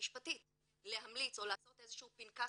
משפטית להמליץ או לעשות איזה שהוא פנקס